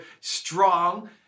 strong